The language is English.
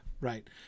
right